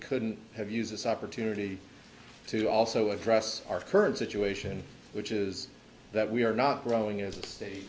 couldn't have used this opportunity to also address our current situation which is that we are not growing as a state